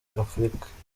afurika